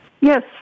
Yes